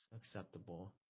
acceptable